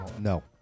No